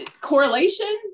correlation